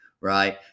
right